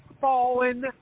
fallen